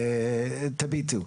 תביטו,